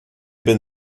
been